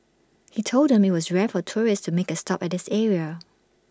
he told them IT was rare for tourists to make A stop at this area